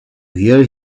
hear